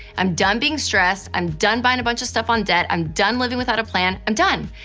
i'm done being stressed. i'm done buying a bunch of stuff on debt. i'm done living without a plan. i'm done.